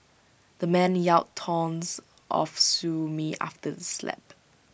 the man yelled taunts of sue me after the slap